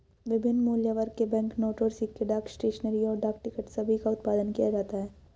विभिन्न मूल्यवर्ग के बैंकनोट और सिक्के, डाक स्टेशनरी, और डाक टिकट सभी का उत्पादन किया जाता है